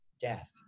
death